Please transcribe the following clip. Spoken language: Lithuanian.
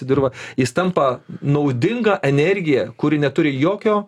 į dirvą jis tampa naudinga energija kuri neturi jokio